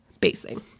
basing